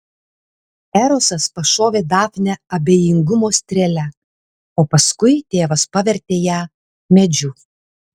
erosas pašovė dafnę abejingumo strėle o paskui tėvas pavertė ją medžiu